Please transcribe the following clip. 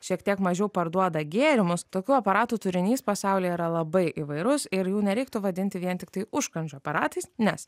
šiek tiek mažiau parduoda gėrimus tokių aparatų turinys pasaulyje yra labai įvairus ir jų nereiktų vadinti vien tiktai užkandžių aparatais nes